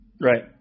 Right